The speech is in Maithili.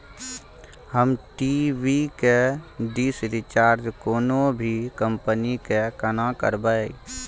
हम टी.वी के डिश रिचार्ज कोनो भी कंपनी के केना करबे?